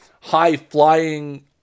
high-flying